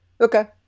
Okay